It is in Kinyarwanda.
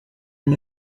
n’i